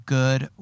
good